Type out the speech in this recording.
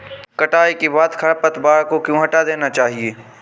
कटाई के बाद खरपतवार को क्यो हटा देना चाहिए?